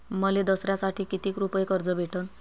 मले दसऱ्यासाठी कितीक रुपये कर्ज भेटन?